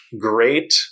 great